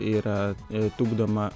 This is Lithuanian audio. yra tupdoma